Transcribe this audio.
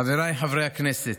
חבריי חברי הכנסת,